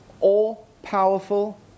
all-powerful